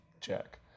check